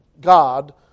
God